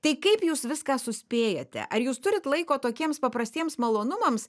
tai kaip jūs viską suspėjate ar jūs turit laiko tokiems paprastiems malonumams